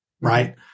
right